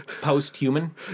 post-human